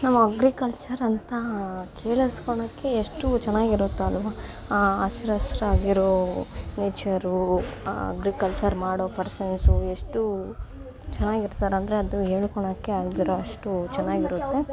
ನಾವು ಅಗ್ರಿಕಲ್ಚರಂತ ಕೇಳಿಸ್ಕೊಳ್ಳೋಕೆ ಎಷ್ಟು ಚೆನ್ನಾಗಿರುತ್ತೆ ಅಲ್ವಾ ಆ ಹಸ್ರಸ್ರಾಗಿರೋ ನೇಚರು ಆ ಅಗ್ರಿಕಲ್ಚರ್ ಮಾಡೋ ಪರ್ಸನ್ಸು ಎಷ್ಟು ಚೆನ್ನಾಗಿರ್ತಾರಂದ್ರೆ ಅದು ಹೇಳ್ಕೊಳ್ಳೋಕೆ ಆಗದಿರುವಷ್ಟು ಚೆನ್ನಾಗಿರುತ್ತೆ